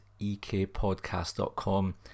ekpodcast.com